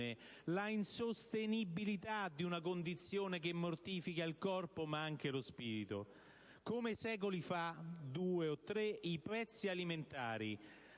la insostenibilità di una condizione che mortifica il corpo ma anche lo spirito. Come due o tre secoli fa, i prezzi alimentari,